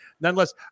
nonetheless